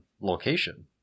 location